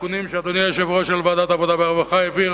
התיקונים שאדוני יושב-ראש ועדת העבודה והרווחה העביר